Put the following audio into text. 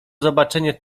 zobaczenie